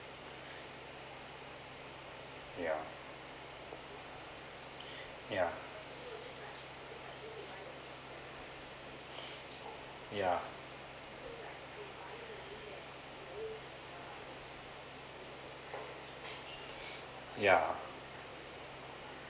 yeah yeah yeah yeah yeah